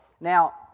Now